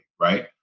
right